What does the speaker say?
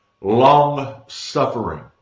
long-suffering